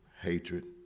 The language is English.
hatred